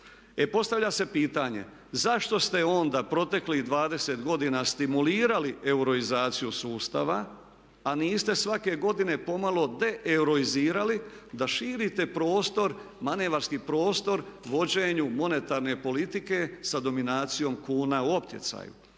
postavlja se pitanje zašto ste onda proteklih 20 godina stimulirali euroizaciju sustava, a niste svake godine pomalo deeuroizirali da širite prostor, manevarski prostor vođenju monetarne politike sa dominacijom kuna u optjecaju.